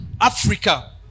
Africa